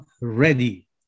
ready